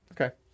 okay